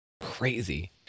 crazy